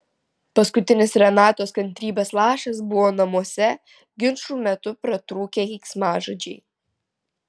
paskutinis renatos kantrybės lašas buvo namuose ginčų metu pratrūkę keiksmažodžiai